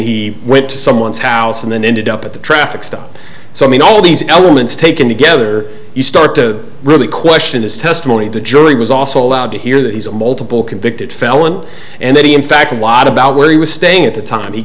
he went to someone's house and then ended up at the traffic stop so i mean all these elements taken together you start to really question his testimony the jury was also allowed to hear that he's a multiple convicted felon and that he in fact a lot about where he was staying at the time he